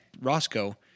Roscoe